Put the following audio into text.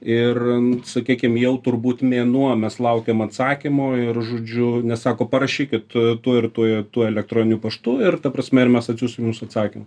ir sakykim jau turbūt mėnuo mes laukiam atsakymo ir žodžiu nes sako parašykit tuo ir tuo tuo elektroniniu paštu ir ta prasme ir mes atsiųsim jums atsakymą